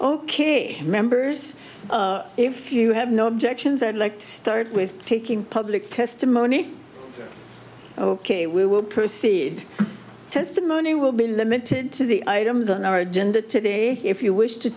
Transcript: ok members if you have no objections i'd like to start with taking public testimony ok we will proceed testimony will be limited to the items on our agenda today if you wish to